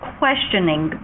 questioning